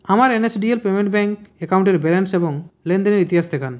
আমার NSDL payment bank অ্যাকাউন্টের balance এবং লেনদেনের ইতিহাস দেখান